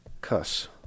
Cuss